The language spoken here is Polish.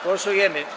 Głosujemy.